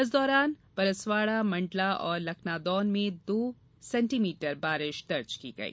इस दौरान परसवाड़ा मण्डला और लखनादौन में दो सेंटीमीटर बारिश दर्ज की गई